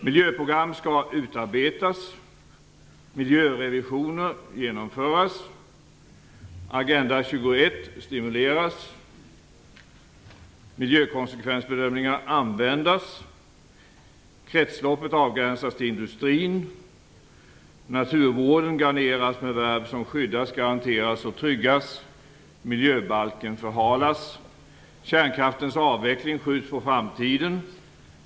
Miljöprogram skall utarbetas, miljörevisioner genomföras, Agenda 21 stimuleras och miljökonsekvensbedömningarna användas. Kretsloppet avgränsas till industrin, naturvården garneras med verb som "skyddas", "garanteras" och "tryggas" och miljöbalken förhalas. Kärnkraftens avveckling skjuts på framtiden.